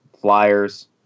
Flyers